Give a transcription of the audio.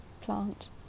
plant